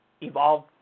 evolve